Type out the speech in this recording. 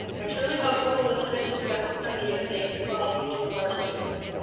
i truly hope you will listen and discuss this idea. thank you for all you do for our students.